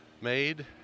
made